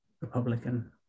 Republican